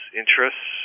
interests